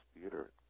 Theater